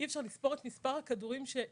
אי אפשר לספור את מספר הכדורים שלקחתי,